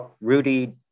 Rudy